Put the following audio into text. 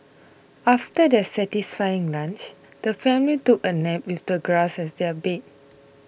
after their satisfying lunch the family took a nap with the grass as their bed